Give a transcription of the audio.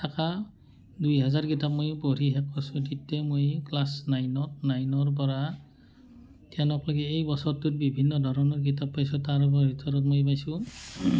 থাকা দুই হাজাৰ কিতাপ মই পঢ়ি শেষ কৰছোঁ তিতে মই ক্লাছ নাইনত নাইনৰ পৰা টেনক লগি এই বছৰটোত বিভিন্ন ধৰণৰ কিতাপ পাইছোঁ তাৰ ভিতৰত মই পাইছোঁ